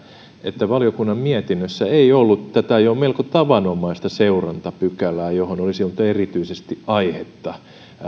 että valiokunnan mietinnössä ei ollut tätä jo melko tavanomaista seurantapykälää johon olisi ollut erityisesti aihetta